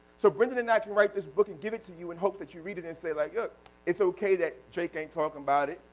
so, brendan and i can write this book and give it to you and hope you read it and say like it's okay that drake ain't talking about it,